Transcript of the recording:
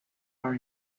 our